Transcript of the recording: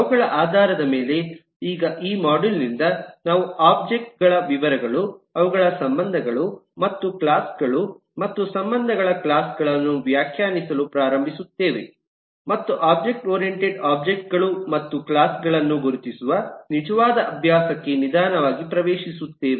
ಅವುಗಳ ಆಧಾರದ ಮೇಲೆ ಈಗ ಈ ಮಾಡ್ಯೂಲ್ ನಿಂದ ನಾವು ಒಬ್ಜೆಕ್ಟ್ ಗಳ ವಿವರಗಳು ಅವುಗಳ ಸಂಬಂಧಗಳು ಮತ್ತು ಕ್ಲಾಸ್ ಗಳು ಮತ್ತು ಸಂಬಂಧಗಳ ಕ್ಲಾಸ್ ಗಳನ್ನು ವ್ಯಾಖ್ಯಾನಿಸಲು ಪ್ರಾರಂಭಿಸುತ್ತೇವೆ ಮತ್ತು ಒಬ್ಜೆಕ್ಟ್ ಓರಿಯೆಂಟೆಡ್ ಒಬ್ಜೆಕ್ಟ್ ಗಳು ಮತ್ತು ಕ್ಲಾಸ್ ಗಳನ್ನು ಗುರುತಿಸುವ ನಿಜವಾದ ಅಭ್ಯಾಸಕ್ಕೆ ನಿಧಾನವಾಗಿ ಪ್ರವೇಶಿಸುತ್ತೇವೆ